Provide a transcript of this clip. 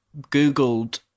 Googled